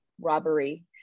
robbery